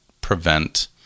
prevent